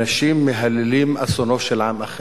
אנשים מהללים אסונו של עם אחר.